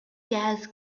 gas